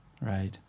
Right